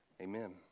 Amen